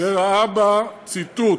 וראה בה, ציטוט,